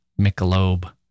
Michelob